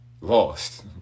lost